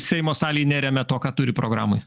seimo salėj neremia to ką turi programoj